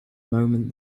moment